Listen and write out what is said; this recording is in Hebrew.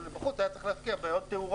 אבל בחוץ הוא היה צריך להשקיע בעוד תאורה,